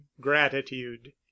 gratitude